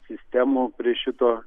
sistemų prie šito